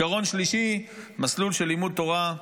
עיקרון שלישי, מסלול של לימוד תורה.